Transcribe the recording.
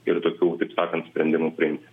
ir tokių taip sakant sprendimų priimti